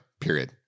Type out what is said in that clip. Period